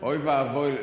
אוי ואבוי.